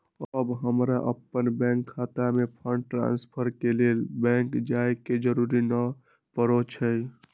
अब हमरा अप्पन बैंक खता में फंड ट्रांसफर के लेल बैंक जाय के जरूरी नऽ परै छइ